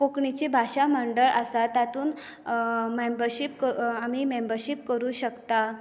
कोंकणीची भाशा मंडळ आसा तातूंत मॅमबरशीप आमी मॅमबरशीप करूं शकता